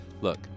Look